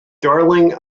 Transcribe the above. darling